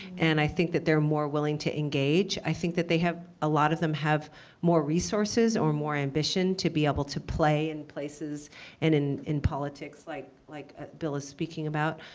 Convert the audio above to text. and i think that they're more willing to engage. i think that they have a lot of them have more resources or more ambition to be able to play in places and in in politics, like like ah bill is speaking about.